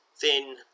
thin